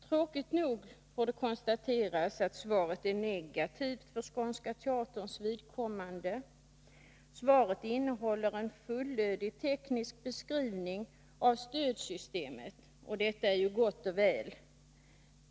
Tråkigt nog får det konstateras att svaret är negativt för Skånska Teaterns vidkommande. Svaret innehåller en fullödig teknisk beskrivning av stödsystemet, och det är ju gott och väl.